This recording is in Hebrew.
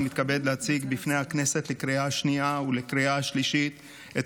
אני מתכבד להציג בפני הכנסת לקריאה השנייה ולקריאה השלישית את